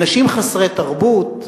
אנשים חסרי תרבות,